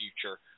future